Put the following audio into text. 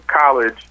college